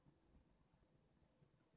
no